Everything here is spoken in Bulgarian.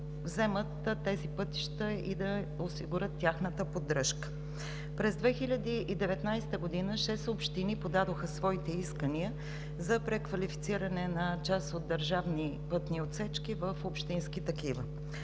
вземат тези пътища и да осигурят тяхната поддръжка. През 2019 г. шест общини подадоха своите искания за преквалифициране на част от държавни пътни отсечки в общински такива.